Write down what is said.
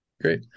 Great